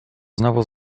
znowu